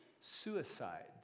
suicides